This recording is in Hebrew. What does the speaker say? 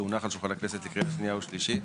שהונח על שולחן הכנסת לקריאה שנייה ושלישית.